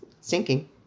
sinking